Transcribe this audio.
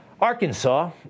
Arkansas